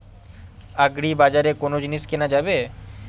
আগ্রিবাজারে কোন জিনিস কেনা যাবে?